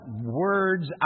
words